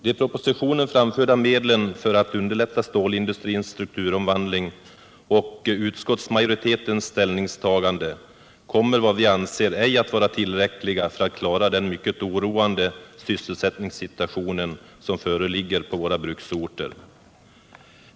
De i propositionen föreslagna medlen för att underlätta stålindustrins strukturomvandling och utskottsmajoritetens ställningstagande kommer, som vi anser, inte att vara tillräckliga för att klara den mycket oroande sysselsättningssituation som föreligger på våra bruksorter.